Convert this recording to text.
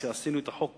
כשעשינו את החוק